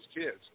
kids